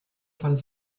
von